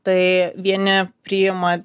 tai vieni priima